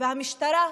והמשטרה,